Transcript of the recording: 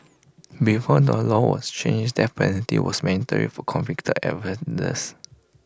before the law was changed the death penalty was mandatory for convicted offenders